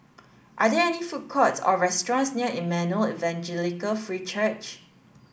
are there any food courts or restaurants near Emmanuel Evangelical Free Church